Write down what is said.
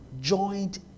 joint